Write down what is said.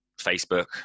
facebook